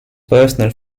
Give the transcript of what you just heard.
personal